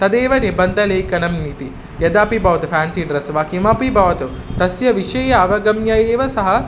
तदेव निबन्धलेखनमिति यदापि भवतु फ़्यान्सि ड्रेस्स् वा किमपि भवतु तस्य विषये अवगम्य एव सः